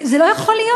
זה לא יכול להיות.